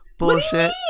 bullshit